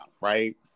right